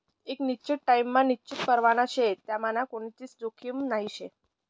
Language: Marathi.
एक निश्चित टाइम मा निश्चित परतावा शे त्यांनामा कोणतीच जोखीम नही शे